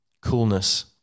coolness